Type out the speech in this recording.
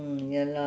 mm ya lah